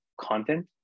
content